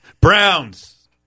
Browns